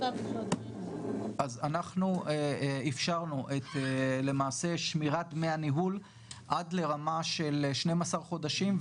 אנחנו אפשרנו למעשה שמירת דמי הניהול עד לרמה של 12 חודשים,